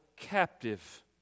captive